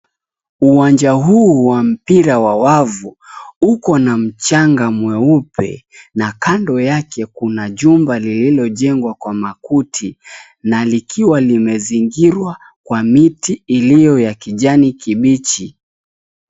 Uwanja huu wa mpira wa wavu uko na mchanga mweupe na kando yake kuna jumba lililojengwa kwa makuti na likiwa limezingirwa kwa miti iliyo ya kijani kibichi.